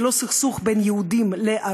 זה לא סכסוך פרופר בין יהודים לערבים.